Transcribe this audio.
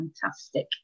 fantastic